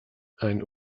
ein